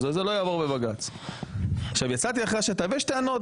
יש טענות,